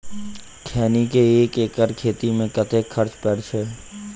खैनी केँ एक एकड़ खेती मे कतेक खर्च परै छैय?